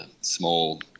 small